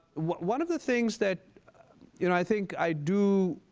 one of the things that you know i think i do